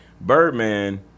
Birdman